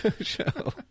show